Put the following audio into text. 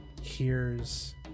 hears